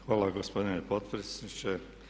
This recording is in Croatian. Hvala gospodine potpredsjedniče.